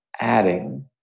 adding